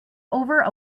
over